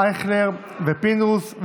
ישראל אייכלר ויצחק פינדרוס,